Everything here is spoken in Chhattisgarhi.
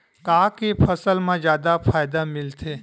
का के फसल मा जादा फ़ायदा मिलथे?